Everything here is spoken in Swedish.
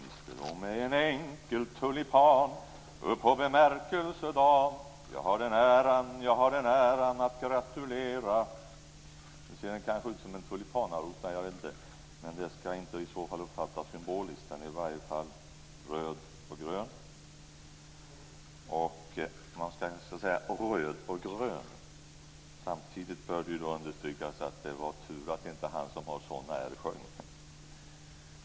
Fru talman! Herr statsminister! Med en enkel tulipan uppå bemärkelseda'n, jag har den äran, jag har den äran att gratulera! Blomman kanske ser ut som en tulipanaros - jag vet inte - men den skall i så fall inte uppfattas symboliskt. Den är i alla fall röd och grön. "Rröd och grrön." Samtidigt bör det understrykas att det var tur att det inte var han med sådana r som sjöng.